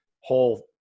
whole